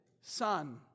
son